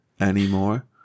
anymore